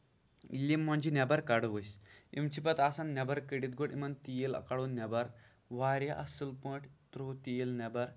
ییٚلہِ یِم مۄنجہِ نٮ۪بر کَڑو أسۍ یِم چھِ پَتہٕ آسان نٮ۪بر کٔڑتھ گۄڈٕ یِمن تیٖل کَڑُن نٮ۪بر واریاہ اَصٕل پٲٹھۍ تراوو تیٖل نٮ۪بر